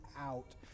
out